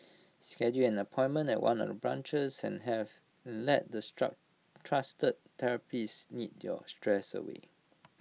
schedule an appointment at one of the branches and have let the trusted therapists knead your stress away